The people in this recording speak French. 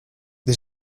des